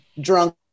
drunk